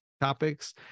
topics